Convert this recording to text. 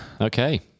Okay